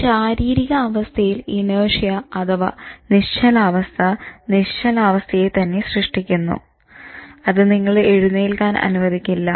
ഒരു ശാരീരിക അവസ്ഥയിൽ "ഇനേർഷ്യ" അഥവാ "നിശ്ചലാവസ്ഥ" നിശ്ചലാവസ്ഥയെ തന്നെ സൃഷ്ടിക്കുന്നു അത് നിങ്ങളെ എഴുന്നേൽക്കാൻ അനുവദിക്കില്ല